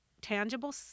tangible